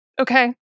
okay